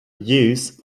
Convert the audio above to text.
use